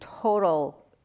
total